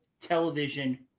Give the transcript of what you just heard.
television